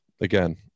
again